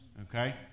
Okay